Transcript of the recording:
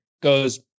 goes